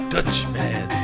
Dutchman